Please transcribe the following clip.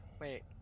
Wait